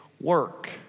work